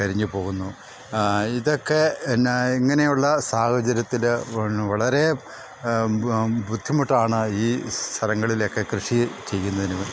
കരിഞ്ഞ് പോകുന്നു ഇതൊക്കെ എന്നാ ഇങ്ങനെയുള്ള സാഹചര്യത്തിൽ വളരെ ബുദ്ധിമുട്ടാണ് ഈ സ്ഥലങ്ങളിലൊക്കെ കൃഷി ചെയ്യുന്നതിന്